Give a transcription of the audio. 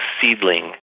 seedling